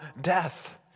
death